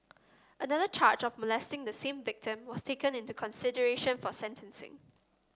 another charge of molesting the same victim was taken into consideration for sentencing